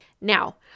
Now